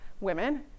women